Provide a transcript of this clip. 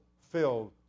filled